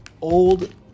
old